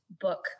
book